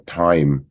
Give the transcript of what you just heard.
time